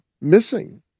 missing